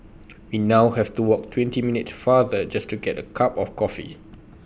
we now have to walk twenty minutes farther just to get A cup of coffee